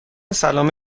سلام